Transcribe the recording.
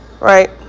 right